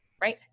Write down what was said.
Right